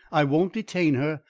i won't detain her.